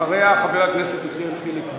אחריה, חבר הכנסת יחיאל חיליק בר.